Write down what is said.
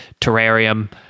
terrarium